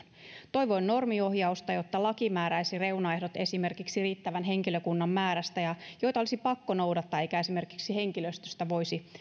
toivoin normiohjausta jotta laki määräisi esimerkiksi riittävän henkilökunnan määrälle reunaehdot joita olisi pakko noudattaa eikä esimerkiksi henkilöstöstä voisi